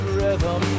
rhythm